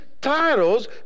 titles